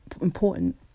important